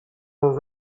were